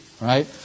right